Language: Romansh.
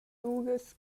uras